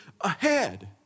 ahead